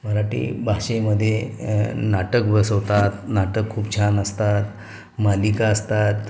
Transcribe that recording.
मराठी भाषेमध्ये नाटक बसवतात नाटक खूप छान असतात मालिका असतात